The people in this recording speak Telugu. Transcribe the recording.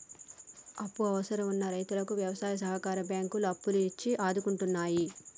అప్పు అవసరం వున్న రైతుకు వ్యవసాయ సహకార బ్యాంకులు అప్పులు ఇచ్చి ఆదుకుంటున్నాయి